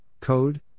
code